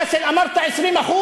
באסל, אמרת 20%